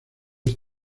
esa